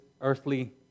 earthly